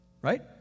Right